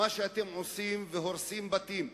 שאתם עושים והורסים בתים.